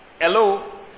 hello